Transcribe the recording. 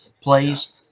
plays